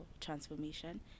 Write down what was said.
transformation